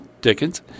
Dickens